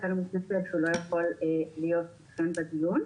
לכן הוא מתנצל שהוא לא יכול להיות כאן בדיון.